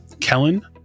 Kellen